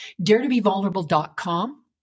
DareToBeVulnerable.com